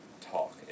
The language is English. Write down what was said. talk